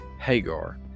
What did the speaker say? Hagar